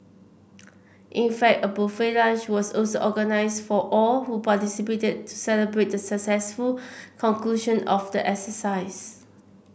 in fact a buffet lunch was also organised for all who participated to celebrate the successful conclusion of the exercise